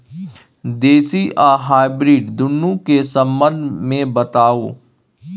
देसी आ हाइब्रिड दुनू के संबंध मे बताऊ?